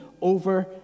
over